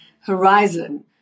horizon